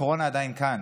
הקורונה עדיין כאן,